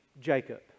Jacob